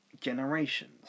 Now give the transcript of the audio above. generations